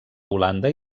holanda